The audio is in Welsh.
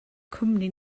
cwmni